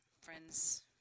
friends